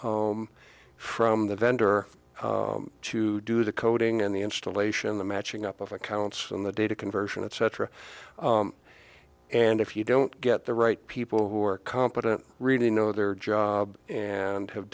people from the vendor to do the coding and the installation the matching up of accounts and the data conversion etc and if you don't get the right people who are competent really know their job and have